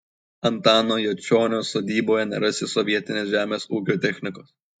antano juočionio sodyboje nerasi sovietinės žemės ūkio technikos